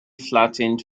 flattened